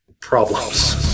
problems